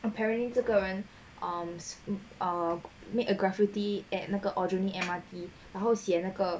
apparently 这个人 um um made a graffiti at 那个 aljunied M_R_T 然后写那个